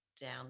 down